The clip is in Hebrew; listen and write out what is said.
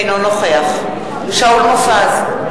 אינו נוכח שאול מופז,